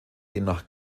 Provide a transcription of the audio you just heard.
demnach